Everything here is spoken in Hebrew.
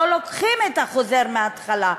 לא לוקחים את החוזר מההתחלה?